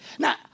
Now